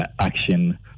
action